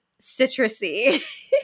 citrusy